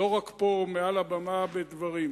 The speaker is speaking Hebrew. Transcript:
לא רק פה, מעל הבמה, בדברים?